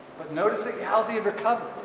but noticing yawzi and recovered.